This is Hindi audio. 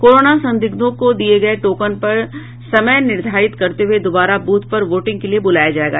कोरोना संदिग्धों को दिये गये टोकन पर समय निर्धारित करते हुये दोबारा बूथ पर वोटिंग के लिये बुलाया जायेगा